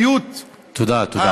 תודה רבה.